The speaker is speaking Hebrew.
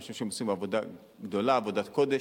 אני חושב שהם עושים עבודה גדולה, עבודת קודש.